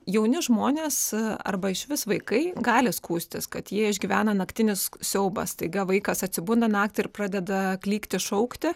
jauni žmonės arba išvis vaikai gali skųstis kad jie išgyvena naktinį siaubą staiga vaikas atsibunda naktį ir pradeda klykti šaukti